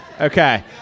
Okay